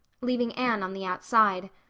leaving anne on the outside.